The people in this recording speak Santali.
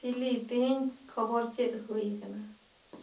ᱥᱤᱞᱤ ᱛᱤᱦᱤᱧ ᱠᱷᱚᱵᱚᱨ ᱪᱮᱫ ᱦᱩᱭ ᱟᱠᱟᱱᱟ